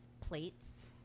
plates